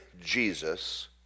Jesus